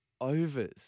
overs